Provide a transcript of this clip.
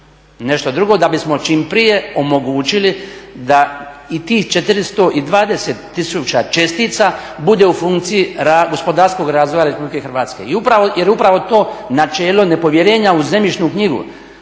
nešto drugo da bismo čim prije omogućili da i tih 420 tisuća čestica bude u funkciji gospodarskog razvoja RH. Jer upravo to načelo nepovjerenja u zemljišnu knjigu